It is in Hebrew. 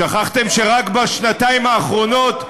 שכחתם שרק בשנתיים האחרונות,